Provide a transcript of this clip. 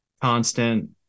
constant